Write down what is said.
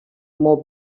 more